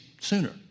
sooner